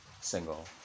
single